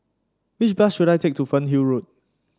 which bus should I take to Fernhill Road